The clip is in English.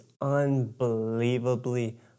unbelievably